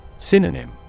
Synonym